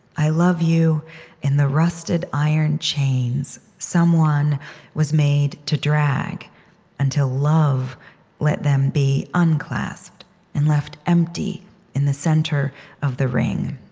i love you in the rusted iron chains someone was made to drag until love let them be unclasped and left empty in the center of the ring.